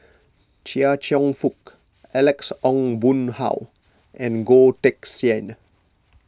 Chia Cheong Fook Alex Ong Boon Hau and Goh Teck Sian